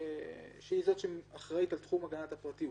שהיא זאת שאחראית על תחום הגנת הפרטיות.